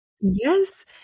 Yes